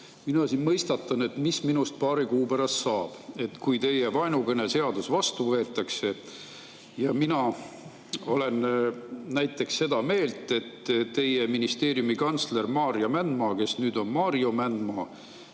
Mina siin mõistatan, mis minust paari kuu pärast saab, kui teie vaenukõneseadus vastu võetakse. Mina olen näiteks seda meelt, et teie ministeeriumi kantsler Maarja Mändmaa, kes nüüd on Maarjo Mändmaa,